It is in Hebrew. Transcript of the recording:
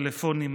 טלפונים,